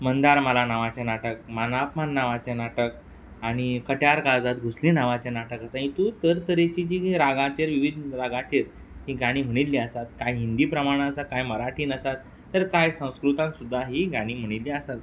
मंदारमाला नांवाचें नाटक मानाकपण नांवांचें नाटक आनी कट्यार काळजांत घुसली नांवांचें नाटक आसा हितू तरेतरेचीं जीं रागाचेर रागाचेर हीं गाणीं म्हणिल्लीं आसात कांय हिंदी प्रमाणांत आसा कांय मराठीन आसात तर कांय संस्कृतान सुद्दां हीं गाणीं म्हणिल्लीं आसात